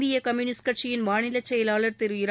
இந்திய கம்யூனிஸ்ட் கட்சியின் மாநில செயலாளர் திரு இரா